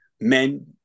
men